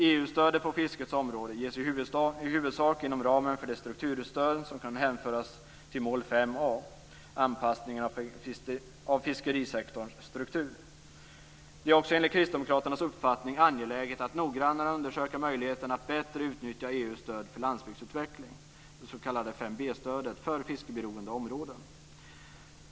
EU-stödet på fiskets område ges i huvudsak inom ramen för det strukturstöd som kan hänföras till mål Det är också enligt kristdemokraternas uppfattning angeläget att noggrannare undersöka möjligheterna att bättre utnyttja EU:s stöd för landsbygdsutveckling, det s.k. 5b-stödet, för fiskeberoende områden.